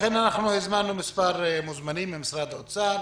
לכן הזמנו מספר מוזמנים ממשרד האוצר,